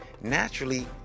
Naturally